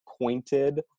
pointed